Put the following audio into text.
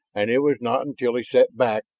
and it was not until he sat back,